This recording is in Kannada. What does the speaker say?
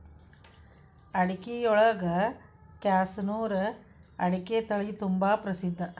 ಅಡಿಕಿಯೊಳಗ ಕ್ಯಾಸನೂರು ಅಡಿಕೆ ತಳಿತುಂಬಾ ಪ್ರಸಿದ್ಧ